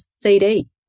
cd